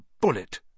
bullet